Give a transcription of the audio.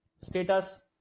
status